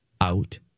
out